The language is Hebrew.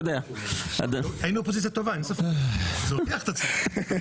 לא ידעתי שזה הכלי.